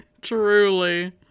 Truly